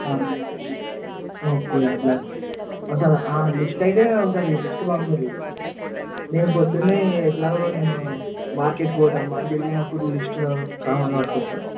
okay అండి అలాగే ఒకసారి ఆ లిస్ట్ అయితే ఒకసారి లిస్ట్ పంపుర్రి నేను పొద్దున్న ఎట్లాగు నేను మార్కెట్కి పోతాను మార్కెట్ పోయినప్పుడు లిస్ట్లో సామన్లు పట్టుకు వస్తాను